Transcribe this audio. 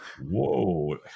Whoa